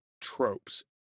tropes